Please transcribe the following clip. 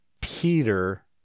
Peter